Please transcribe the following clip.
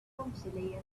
clumsily